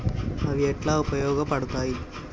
అవి ఎట్లా ఉపయోగ పడతాయి?